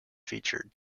featured